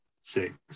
six